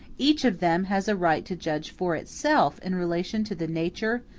each of them has a right to judge for itself in relation to the nature,